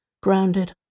grounded